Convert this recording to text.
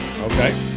Okay